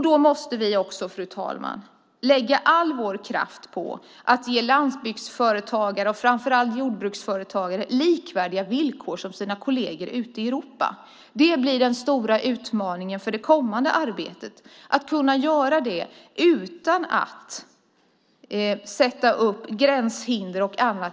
Då måste vi, fru ålderspresident, lägga all vår kraft på att ge landsbygdsföretagare och framför allt jordbruksföretagare likvärdiga villkor som deras kolleger ute i Europa har. Den stora utmaningen för det kommande arbetet blir att kunna göra det arbetet utan att sätta upp gränshinder och annat.